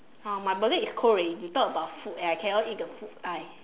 !huh! my body is cold already talk about food I cannot eat the food !aiya!